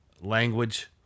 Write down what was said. language